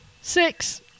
six